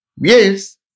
Yes